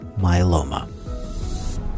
myeloma